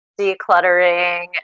decluttering